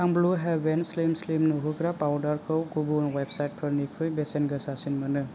आं blue heaven slim slim नुहोग्रा पाउदारखौ गुबुन वेबसाइटफोरनिख्रुइ बेसेन गोसासिन मोनो